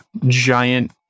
giant